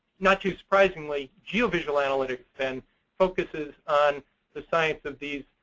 not too surprisingly, geovisual analytics then focuses on the science of these,